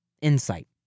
insight